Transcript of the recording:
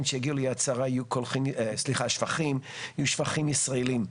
שיגיעו ליד חנה יהיו שפכים ישראליים.